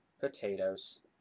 potatoes